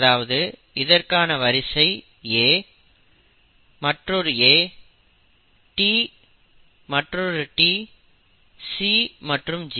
அதாவது இதற்கான வரிசை A மற்றொரு A T மற்றொரு T C மற்றும் G